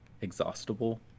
exhaustible